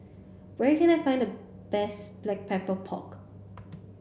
where can I find the best black pepper pork